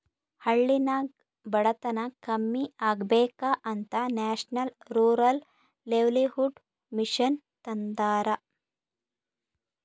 ಹಳ್ಳಿನಾಗ್ ಬಡತನ ಕಮ್ಮಿ ಆಗ್ಬೇಕ ಅಂತ ನ್ಯಾಷನಲ್ ರೂರಲ್ ಲೈವ್ಲಿಹುಡ್ ಮಿಷನ್ ತಂದಾರ